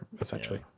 essentially